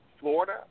Florida